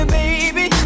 baby